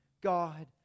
God